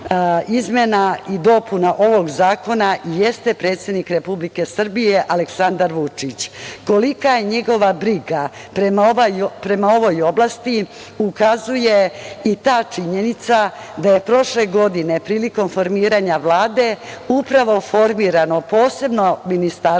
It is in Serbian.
izmena i dopuna ovog zakona jeste predsednik Republike Srbije Aleksandar Vučić. Kolika je njegova briga prema ovoj oblasti ukazuje i ta činjenica da je prošle godine, prilikom formiranja Vlade, upravo formirano posebno ministarstvo,